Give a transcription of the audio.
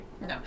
No